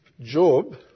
Job